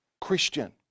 Christian